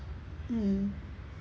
mm